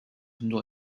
nur